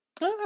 Okay